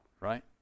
right